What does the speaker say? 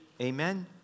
Amen